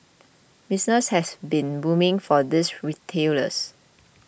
business has been booming for these retailers